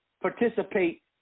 Participate